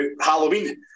Halloween